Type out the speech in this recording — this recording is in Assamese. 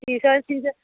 টিউচন চিউচন